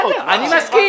בסדר, אני מסכים.